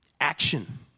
action